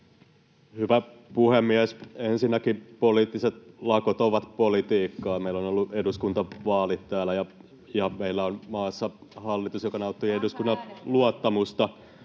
Hyvä puhemies! Ensinnäkin poliittiset lakot ovat politiikkaa. Meillä on ollut eduskuntavaalit täällä, ja meillä on maassa hallitus, joka nauttii eduskunnan luottamusta